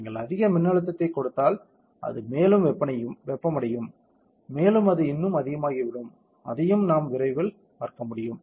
நீங்கள் அதிக மின்னழுத்தத்தைக் கொடுத்தால் அது மேலும் வெப்பமடையும் மேலும் அது இன்னும் அதிகமாகிவிடும் அதையும் நாம் விரைவில் பார்க்க முடியும்